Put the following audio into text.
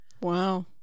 wow